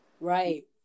Right